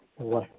وہ